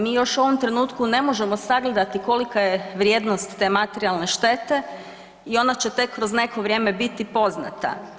Mi još u ovom trenutku ne možemo sagledati kolika je vrijednost te materijalne štete i ona će tek kroz neko vrijeme biti poznata.